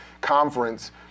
conference